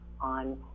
on